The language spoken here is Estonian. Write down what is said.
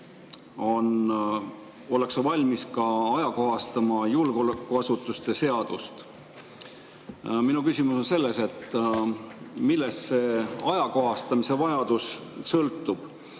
ollakse valmis ajakohastama ka julgeolekuasutuste seadust. Minu küsimus on selles, millest see ajakohastamise vajadus sõltub.